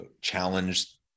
challenge